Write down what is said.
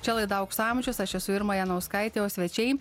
čia laida aukso amžiaus aš esu irma janauskaitė o svečiai